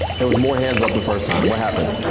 there was more hands up the first time, what happened?